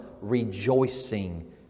rejoicing